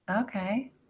Okay